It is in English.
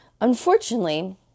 unfortunately